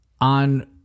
on